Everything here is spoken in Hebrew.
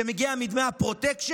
שמגיע מדמי הפרוטקשן,